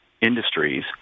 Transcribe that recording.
industries